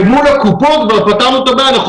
מול הקופות כבר פתרנו את הבעיה ואנחנו